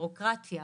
הבירוקרטיה,